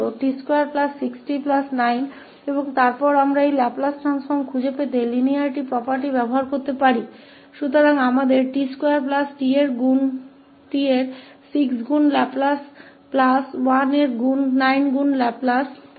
तो यह t26t9 और फिर हम linearity property का उपयोग लाप्लास ट्रांसफॉर्म प्राप्त करने क लिए कर सकते है तो हमारे पासका लाप्लास है t2 और 6 गुना t का लाप्लास और 9 गुना 1 के लाप्लास का